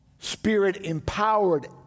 Spirit-empowered